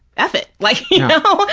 f it! like you know? ah